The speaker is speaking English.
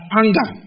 anger